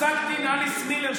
פסק דין אליס מילר,